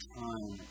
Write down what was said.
time